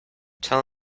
tell